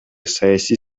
саясий